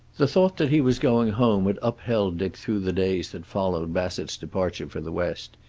the thought that he was going home had upheld dick through the days that followed bassett's departure for the west.